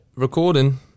recording